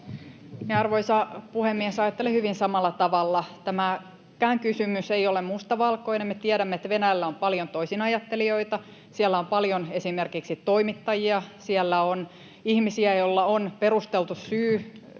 Arvoisa puhemies! Ajattelen hyvin samalla tavalla. Tämäkään kysymys ei ole mustavalkoinen. Me tiedämme, että Venäjällä on paljon toisinajattelijoita. Siellä on paljon esimerkiksi toimittajia. Siellä on ihmisiä, joilla on perusteltu syy